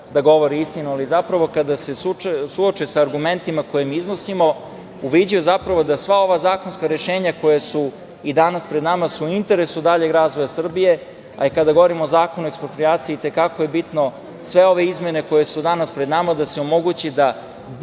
da govore istinu. Zapravo, kada se suoče sa argumentima koje im iznosimo uviđaju da sva ova zakonska rešenja koja su i danas pred nama su u interesu daljeg razvoja Srbije. Kada govorimo o Zakonu o eksproprijaciji i te kako je bitno, sve ove izmene koje su danas pred nama da se omogući da